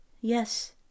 Yes